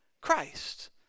Christ